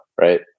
right